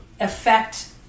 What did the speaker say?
affect